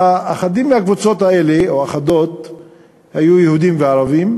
אחדות מהקבוצות האלה היו של יהודים וערבים,